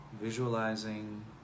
Visualizing